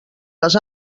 les